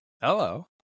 Hello